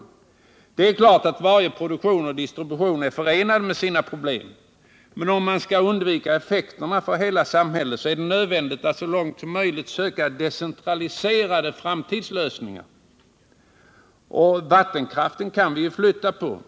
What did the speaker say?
Fredagen den Det är klart att varje produktion och distribution har sina problem. Men om 2 mars 1979 man skall undvika negativa effekter för hela samhället är det nödvändigt att så långt möjligt söka decentraliserade framtidslösningar. Vattenkraften kan vi flytta på.